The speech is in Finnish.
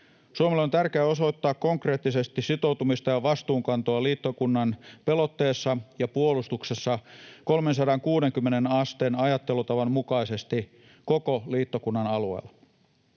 Suomelle on tärkeää osoittaa konkreettisesti sitoutumista ja vastuunkantoa liittokunnan pelotteessa ja puolustuksessa 360 asteen ajattelutavan mukaisesti koko liittokunnan alueella.